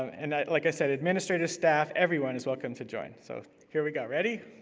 and like i said, administrative staff, everyone is welcome to join. so here we go. ready?